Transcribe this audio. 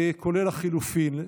כולל לחלופין.